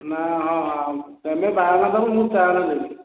ନାଁ ହଁ ତୁମେ ବାରଣା ଦେବ ମୁଁ ଚାରେଣା ଦେବି